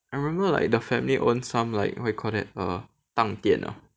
I remember like the family own some like what do you call that uh 当店 ah